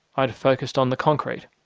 i'd focussed on the concrete,